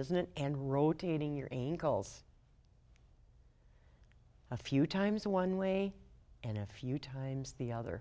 isn't it and rotating your ankles a few times one way and a few times the other